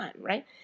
Right